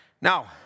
Now